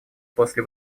после